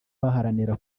baharanira